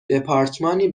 دپارتمانی